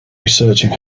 researching